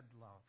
love